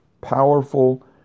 powerful